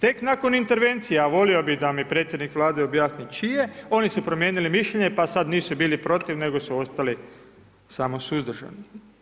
Tek nakon intervencije, a volio bih da mi predsjednik Vlade objasni čije, oni su promijenili mišljenje pa sada nisu bili protiv nego su ostali samo suzdržani.